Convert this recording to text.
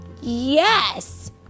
Yes